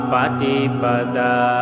Patipada